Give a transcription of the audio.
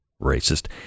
racist